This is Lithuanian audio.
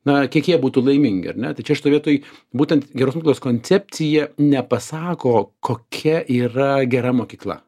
na kiek jie būtų laimingi ar ne tai čia šitoj vietoj būtent geros mokyklos koncepcija nepasako kokia yra gera mokykla